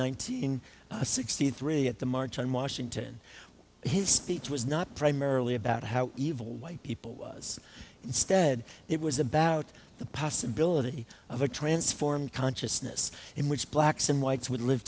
hundred sixty three at the march on washington his speech was not primarily about how evil white people was instead it was about the possibility of a transformed consciousness in which blacks and whites would live